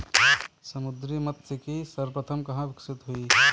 समुद्री मत्स्यिकी सर्वप्रथम कहां विकसित हुई?